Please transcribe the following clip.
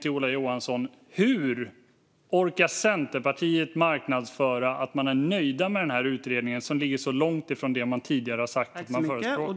till Ola Johansson är helt enkelt: Hur orkar Centerpartiet marknadsföra att man är nöjd med utredningen, som ligger så långt ifrån det man tidigare har sagt att man förespråkar?